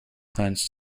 plans